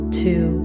two